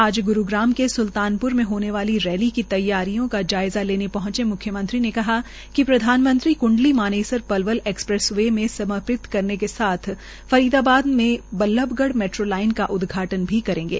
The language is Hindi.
आज ग्रूग्राम के स्ल्तानप्र में होने वाली रैली की तैयारियों की जायज़ा लेने पहंचे म्ख्यमंत्री ने कहा कि प्रधानमंत्री कंडली मानेसर पलवल एक्सप्रेस वे समर्पित करने के साथ फरीदाबाद में वल्लभगढ़ मेट्रो लाइन का उदघाटन भी करेंगे